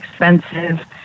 expensive